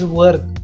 work